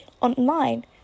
online